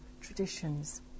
traditions